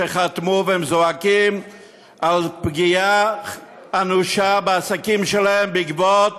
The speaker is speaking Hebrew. שחתמו והם זועקים על פגיעה אנושה בעסקים שלהם בעקבות